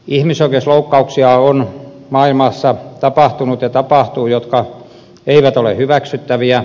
ihmisoikeusloukkauksia on maailmassa tapahtunut ja tapahtuu jotka eivät ole hyväksyttäviä